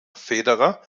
federer